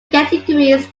categories